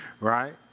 Right